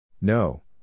No